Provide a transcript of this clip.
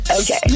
okay